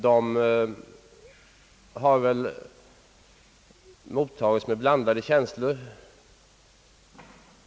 Detta förslag har mottagits med blandade känslor.